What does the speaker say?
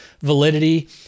validity